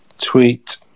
Tweet